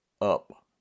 up